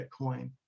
Bitcoin